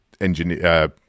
engineer